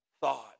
thought